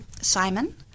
Simon